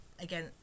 again